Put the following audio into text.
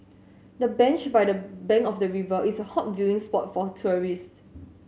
the bench by the bank of the river is a hot viewing spot for tourists